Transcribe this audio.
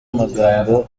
amagambo